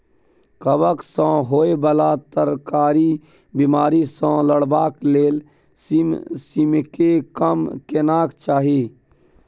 कवक सँ होए बला तरकारीक बिमारी सँ लड़बाक लेल सिमसिमीकेँ कम केनाय चाही